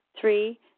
Three